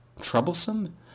Troublesome